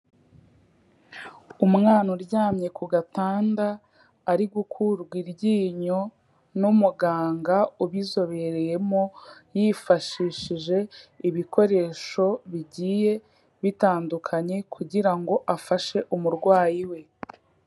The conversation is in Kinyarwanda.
Umwana uryamye ku gatanda ari gukurwa iryinyo n'umuganga ubizobereyemo yifashishije ibikoresho bigiye bitandukanye kugira ngo afashe umurwayi we.